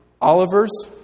Olivers